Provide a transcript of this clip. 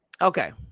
Okay